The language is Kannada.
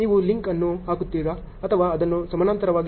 ನೀವು ಲಿಂಕ್ ಅನ್ನು ಹಾಕುತ್ತೀರಾ ಅಥವಾ ಅದನ್ನು ಸಮಾನಾಂತರವಾಗಿ ತೋರಿಸುತ್ತೀರಾ